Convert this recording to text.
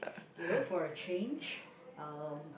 you know for a change uh